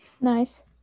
Nice